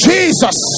Jesus